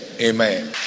Amen